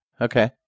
Okay